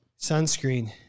Sunscreen